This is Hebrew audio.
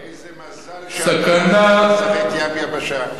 איזה מזל שאתה לא יודע לשחק "ים יבשה".